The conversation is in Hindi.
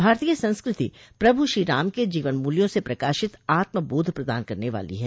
भारतीय संस्कृति प्रभु श्रीराम के जीवन मूल्यों से प्रकाशित आत्मबोध प्रदान करने वाली है